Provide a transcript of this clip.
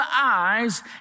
eyes